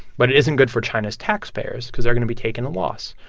but it isn't good for china's taxpayers because they're going to be taking a loss.